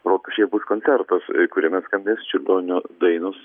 rotušėje bus koncertas kuriame skambės čiurlionio dainos